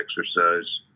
exercise